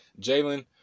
Jalen